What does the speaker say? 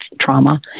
trauma